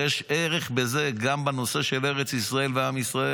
הרי יש ערך בזה גם בנושא של ארץ ישראל ועם ישראל,